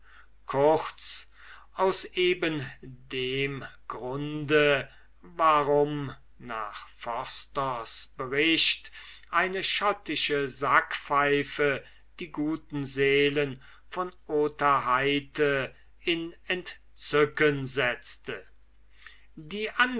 kurz aus eben dem grunde warum nach forsters bericht eine schottische sackpfeife die guten seelen von tahiti in entzücken setzte die